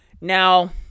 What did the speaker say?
Now